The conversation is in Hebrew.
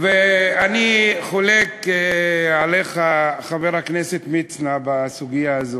ואני חולק עליך, חבר הכנסת מצנע, בסוגיה הזאת,